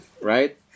right